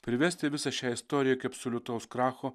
privesti visą šią istoriją iki absoliutaus kracho